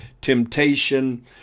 temptation